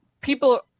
people